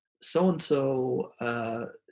so-and-so